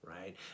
right